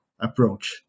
approach